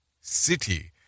City